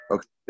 Okay